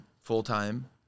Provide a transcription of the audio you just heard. full-time